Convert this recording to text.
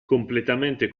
completamente